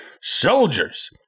soldiers